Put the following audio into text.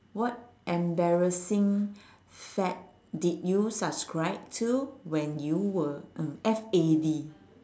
what embarrassing fad did you subscribe to when you were uh F A D